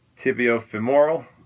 tibiofemoral